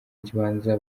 kibanza